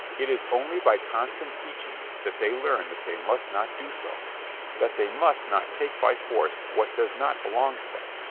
it is only by constant teaching that they learn that they must not do so that they must not take by force what does not belong to them.